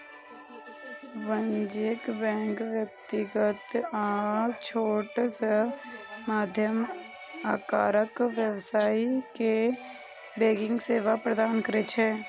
वाणिज्यिक बैंक व्यक्ति आ छोट सं मध्यम आकारक व्यवसायी कें बैंकिंग सेवा प्रदान करै छै